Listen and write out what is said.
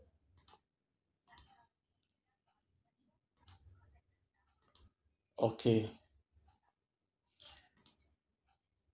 okay